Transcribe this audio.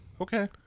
Okay